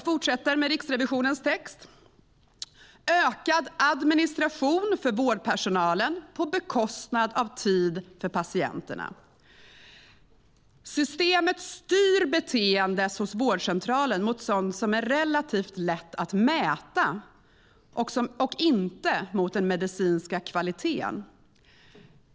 Enligt Riksrevisionen sker vårdpersonalens ökade administration på bekostnad av tid för patienterna. Systemet "styr beteendet hos vårdcentralerna mot sådant som är relativt lätt att mäta och inte mot den medicinska kvaliteten."